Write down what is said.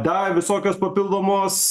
dar visokios papildomos